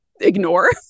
ignore